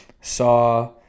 saw